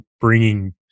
bringing